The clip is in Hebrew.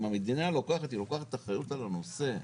אם המדינה לוקחת, היא לוקחת אחריות על הנושא,